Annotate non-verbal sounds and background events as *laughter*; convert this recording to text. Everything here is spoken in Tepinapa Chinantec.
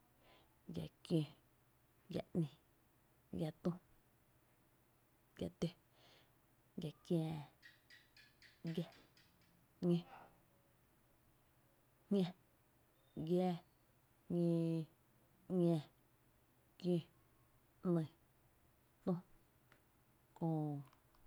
giⱥ kió, giⱥ ‘nï, giⱥ tö, giⱥ kiää, *noise* giⱥ, ñó, jñá, giáá, jñóó, ‘ñá, kió, ‘nÿ, tü, köö.